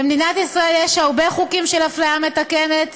במדינת ישראל יש הרבה חוקים של אפליה מתקנת,